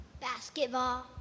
Basketball